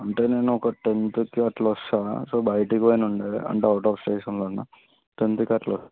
అంటే నేను ఒక టెన్త్కి అట్లా వస్తా సో బయటికి పోయినుండే అంటే ఔట్ ఆఫ్ స్టేషన్లో ఉన్నా టెన్త్కి అట్లా